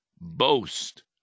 boast